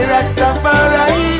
Rastafari